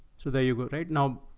so there you go. right now,